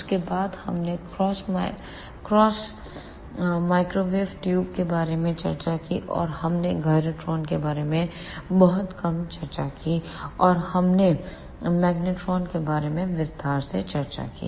उसके बाद हमने क्रॉस माइक्रोवेव ट्यूब के बारे में चर्चा की और हमने गायरोंट्रेन के बारे में बहुत कम चर्चा की और हमने मैग्नेट्रॉन के बारे में विस्तार से चर्चा की